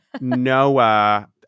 Noah